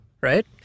right